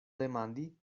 demandi